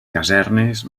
casernes